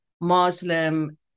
Muslim